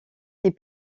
les